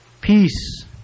Peace